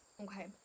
Okay